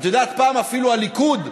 את יודעת, פעם אפילו הליכוד,